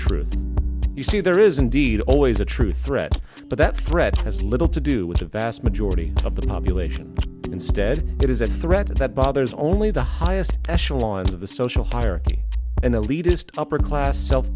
truth you see there is indeed always a true threat but that threat has little to do with the vast majority of the population instead it is a threat that bothers only the highest echelons of the social hierarchy and the leaders to upper class self